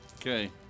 Okay